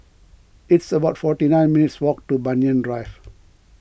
it's about forty nine minutes' walk to Banyan Drive